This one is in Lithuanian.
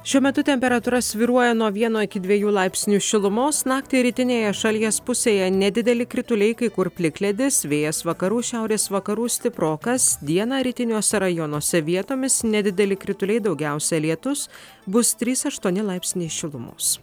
šiuo metu temperatūra svyruoja nuo vieno iki dviejų laipsnių šilumos naktį rytinėje šalies pusėje nedideli krituliai kai kur plikledis vėjas vakarų šiaurės vakarų stiprokas dieną rytiniuose rajonuose vietomis nedideli krituliai daugiausia lietus bus trys aštuoni laipsniai šilumos